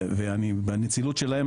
והנצילות שלהם,